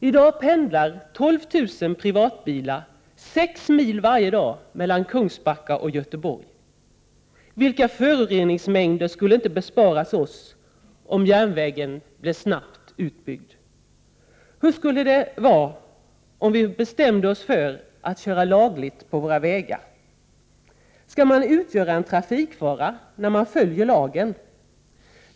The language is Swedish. I dag pendlar 12 000 privatbilister sex mil varje dag mellan Kungsbacka och Göteborg. Vilka föroreningsmängder skulle inte besparas oss om järnvägen snabbt blev utbyggd! Hur skulle det vara om vi bestämde oss för att köra lagenligt på våra vägar? Skall man utgöra en trafikfara när man följer lagen?